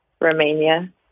Romania